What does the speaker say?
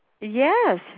Yes